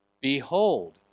behold